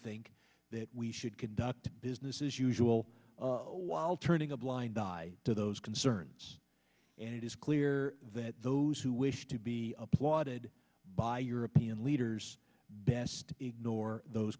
think that we should conduct business as usual while turning a blind eye to those concerns and it is clear that those who wish to be applauded by european leaders best ignore those